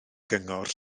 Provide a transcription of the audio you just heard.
gyngor